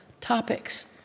topics